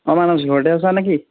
অ মানচ ঘৰতে আছা নেকি